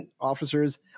officers